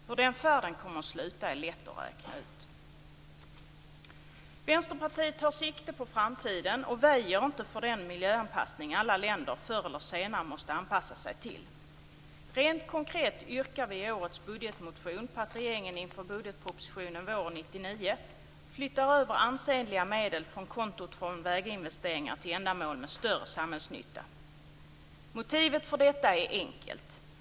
Hur den färden kommer att sluta är lätt att räkna ut. Vänsterpartiet tar sikte på framtiden och väjer inte för den miljöanpassning alla länder förr eller senare måste göra. Rent konkret yrkar vi i årets budgetmotion på att regeringen inför budgetpropositionen våren 1999 flyttar över ansenliga medel från kontot för väginvesteringar till ändamål med större samhällsnytta. Motivet för detta är enkelt.